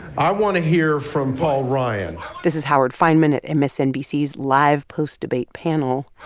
i want to hear from paul ryan this is howard fineman at and msnbc's live post-debate panel